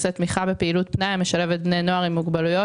תמיכה בפעילות פנאי המשלבת בני נוער עם מוגבלויות